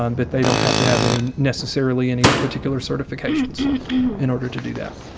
um but they don't have to have any necessarily any particular certifications in order to do that.